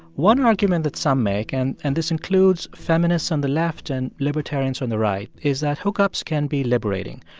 one argument that some make, and and this includes feminists on the left and libertarians on the right, is that hookups can be liberating.